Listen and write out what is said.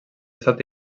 estat